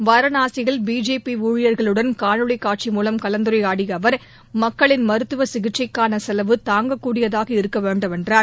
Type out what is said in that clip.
வாரணாசியில் பிஜேபி ஊழியர்களுடன் காணொலிக்காட்சி மூலம் கலந்துரையாடிய அவர் மக்களின் மருத்துவ சிகிச்சைக்கான செலவு தாங்கக்கூடியதாக இருக்க வேண்டும் என்றார்